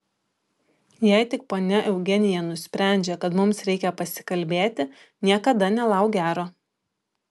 jei tik ponia eugenija nusprendžia kad mums reikia pasikalbėti niekada nelauk gero